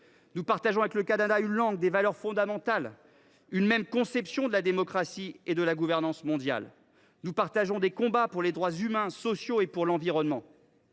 Nous partageons avec le Canada une langue, des valeurs fondamentales, une même conception de la démocratie et de la gouvernance mondiale. Nous partageons avec lui des combats pour les droits humains et sociaux et pour l’environnement.